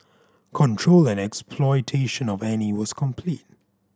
control and exploitation of Annie was complete